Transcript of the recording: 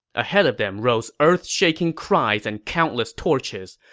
ahead of them rose earth-shaking cries and countless torches.